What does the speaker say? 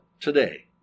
today